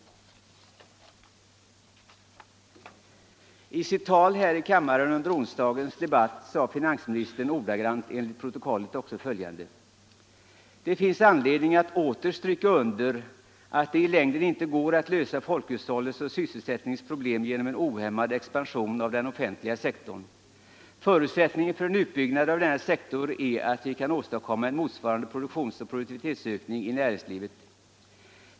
I sitt tal här i kammaren under onsdagens debatt sade finansministern ordagrant: : ”Det finns anledning att åter stryka under att det i längden inte går att lösa folkhushållets och sysselsättningens problem genom en ohämmad expansion av den offentliga sektorn. Förutsättningen för en utbyggnad av denna sektor är att vi kan åstadkomma en motsvarande produktionsoch produktivitetsökning i näringslivet.